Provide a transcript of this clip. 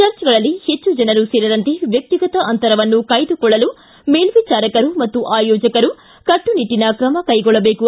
ಚರ್ಚ್ಗಳಲ್ಲಿ ಹೆಚ್ಚು ಜನರು ಸೇರದಂತೆ ವ್ಯಕ್ತಿಗತ ಅಂತರವನ್ನು ಕಾಯ್ದುಕೊಳ್ಳಲು ಮೇಲ್ವಿಚಾರಕರು ಮತ್ತು ಆಯೋಜಕರು ಕಟ್ಟುನಿಟ್ಟನ ಕ್ರಮ ಕೈಗೊಳ್ಳಬೇಕು